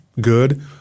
Good